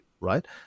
right